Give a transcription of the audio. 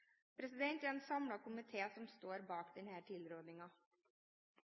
Det er en samlet komité som står bak